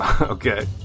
Okay